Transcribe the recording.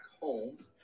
home